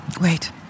Wait